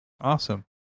Awesome